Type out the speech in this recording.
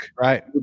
right